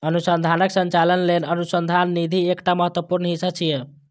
अनुसंधानक संचालन लेल अनुसंधान निधि एकटा महत्वपूर्ण हिस्सा छियै